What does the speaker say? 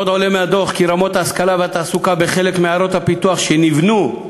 עוד עולה מהדוח כי רמות ההשכלה והתעסוקה בחלק מעיירות הפיתוח שנבנו,